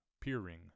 peering